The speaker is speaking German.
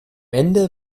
ende